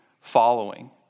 following